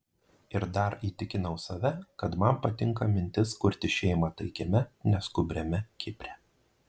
ir dar įtikinau save kad man patinka mintis kurti šeimą taikiame neskubriame kipre